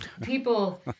People